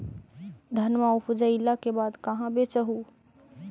धनमा उपजाईला के बाद कहाँ बेच हू?